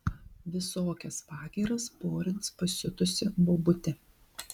visokias pagyras porins pasiutusi bobutė